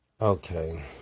Okay